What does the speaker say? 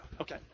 okay